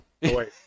Wait